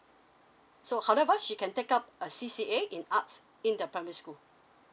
so however she can take up a C_C_A in arts in the primary school